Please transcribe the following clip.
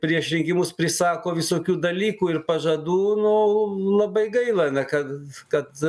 prieš rinkimus prisako visokių dalykų ir pažadų nu labai gaila na kad kad